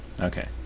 Okay